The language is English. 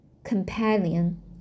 Companion